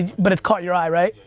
but it's caught your eye right?